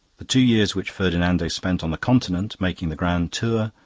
the two years which ferdinando spent on the continent, making the grand tour,